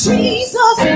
Jesus